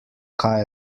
kaj